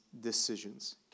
decisions